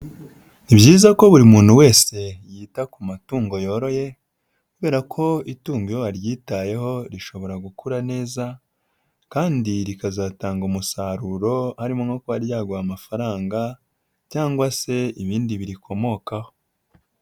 Ni byiza ko buri muntu wese yita ku matungo yoroye kubera ko itungo iyo waryitayeho rishobora gukura neza kandi rikazatanga umusaruro, harimo no kuba ryaguha amafaranga cyangwa se ibindi birikomokaho.